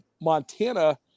Montana